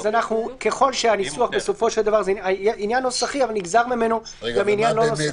זה עניין ניסוחי אבל נגזר ממנו גם עניין לא נוסחי.